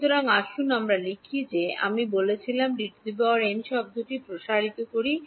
সুতরাং আসুন আমরা লিখি যে আমি ছিলাম Dn শব্দটি প্রসারিত করি